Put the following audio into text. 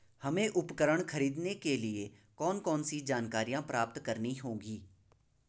हमें उपकरण खरीदने के लिए कौन कौन सी जानकारियां प्राप्त करनी होगी?